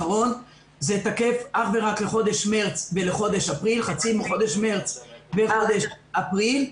ביום שישי האחרון זה תקף אך ורק לחצי מחודש מרץ ולחודש אפריל.